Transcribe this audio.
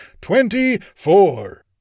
Twenty-four